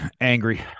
angry